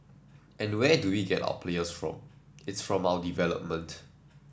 and where do we get our players from it's from our development